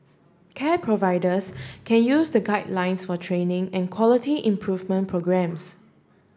care providers can use the guidelines for training and quality improvement programmes